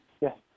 Yes